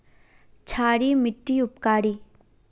क्षारी मिट्टी उपकारी?